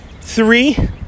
Three